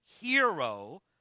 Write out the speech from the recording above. hero